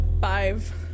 Five